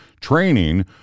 training